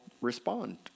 respond